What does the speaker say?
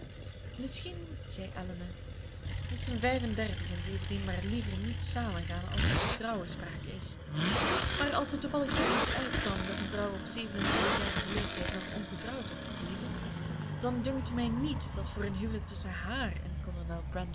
misschien zei elinor moesten vijf en dertig en zeventien maar liever niet samengaan als er van trouwen sprake is maar als het toevallig zoo eens uitkwam dat een vrouw op zeven en twintig jarigen leeftijd nog ongetrouwd was gebleven dan dunkt mij niet dat het voor een huwelijk tusschen haar en